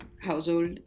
household